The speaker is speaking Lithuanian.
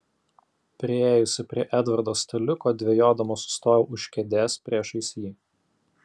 priėjusi prie edvardo staliuko dvejodama sustojau už kėdės priešais jį